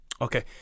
Okay